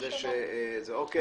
מי